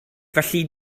felly